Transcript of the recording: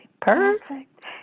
Perfect